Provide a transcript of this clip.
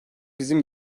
bizim